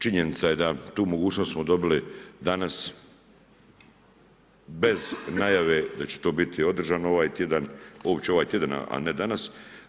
Činjenica je da tu mogućnost smo dobili danas bez najave da će to biti održano ovaj tjedan, uopće ovaj tjedan, a ne danas.